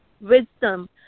wisdom